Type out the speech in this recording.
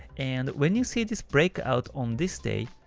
and when you see this break out on this day,